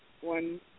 one